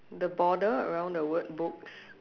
the border around the word books